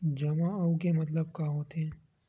जमा आऊ के मतलब का होथे?